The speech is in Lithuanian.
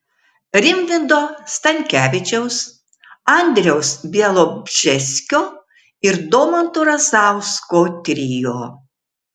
rimvydo stankevičiaus andriaus bialobžeskio ir domanto razausko trio